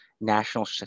National